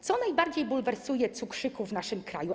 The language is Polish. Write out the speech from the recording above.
Co najbardziej bulwersuje cukrzyków w naszym kraju?